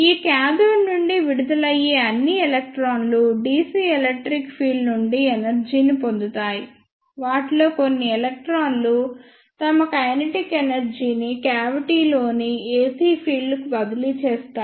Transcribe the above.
ఈ కాథోడ్ నుండి విడుదలయ్యే అన్ని ఎలక్ట్రాన్లు dc ఎలక్ట్రిక్ ఫీల్డ్ నుండి ఎనర్జీ ని పొందుతాయి వాటిలో కొన్ని ఎలక్ట్రాన్లు తమ కైనెటిక్ ఎనర్జీ ని క్యావిటీలోని ac ఫీల్డ్కు బదిలీ చేస్తాయి